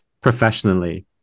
professionally